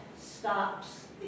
stops